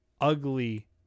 ugly